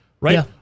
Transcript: right